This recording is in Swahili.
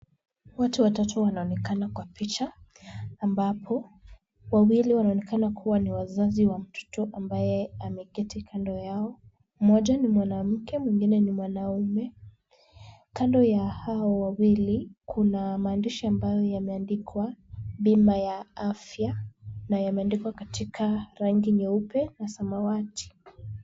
Watu watatu wanaonekana kwa picha ambapo wawili wanaonekana kuwa ni wazazi wa mtoto ambaye ameketi kando yao. Mmoja ni mwanamke, mwingine ni mwanaume. Kando ya hawa wawili, kuna maandishi ambayo yameandikwa bima ya afya na yameandikwa katika rangi nyeupe na samawati.